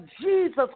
Jesus